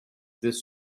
this